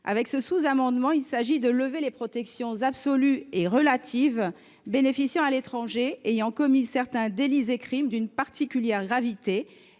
Ce sous amendement vise à lever les protections absolues et relatives dont bénéficie l’étranger ayant commis certains délits et crimes d’une particulière gravité,